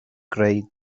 greu